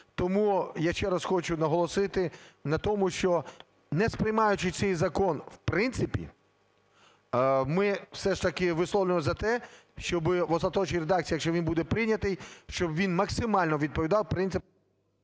Тому я ще раз хочу наголосити на тому, що, не сприймаючи цей закон в принципі, ми все ж таки висловлюємося за те, щоб в остаточній редакції, якщо він буде прийнятий, щоб він максимально відповідав принципам…